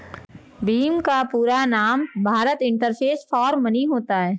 भीम का पूरा नाम भारत इंटरफेस फॉर मनी होता है